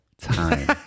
time